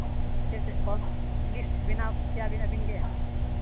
ᱪᱮᱫ ᱪᱮᱫ ᱠᱚ ᱞᱤᱥᱴ ᱵᱮᱱᱟᱣ ᱠᱮᱭᱟᱵᱤᱱ ᱟᱹᱵᱤᱱ ᱜᱮ